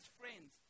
friends